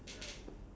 mmhmm